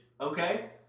Okay